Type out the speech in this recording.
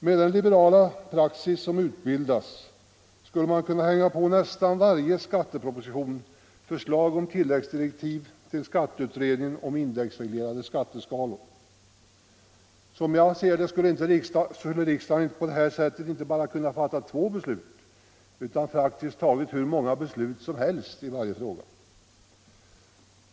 Med den liberala praxis som utbildats skulle man kunna hänga på nästan varje skatteproposition förslag om tilläggsdirektiv till skatteutredningen om indexreglerade skatteskalor. Som jag ser det skulle riksdagen på detta sätt inte bara kunna fatta två beslut i samma fråga varje år, utan praktiskt taget hur många beslut som helst.